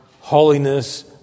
holiness